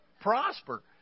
prosper